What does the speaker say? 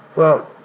well,